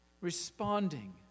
responding